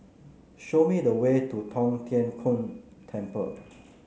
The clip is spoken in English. show me the way to Tong Tien Kung Temple